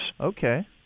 Okay